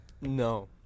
No